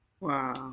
Wow